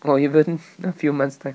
or even a few months time